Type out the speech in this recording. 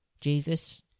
Jesus